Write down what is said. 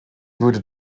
würde